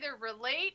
relate